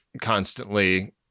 constantly